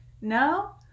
No